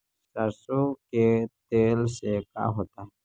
सरसों के तेल से का होता है?